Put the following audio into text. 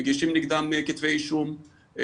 מגישים נגדם כתבי אישום,